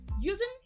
using